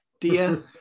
dear